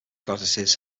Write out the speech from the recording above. goddesses